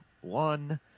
one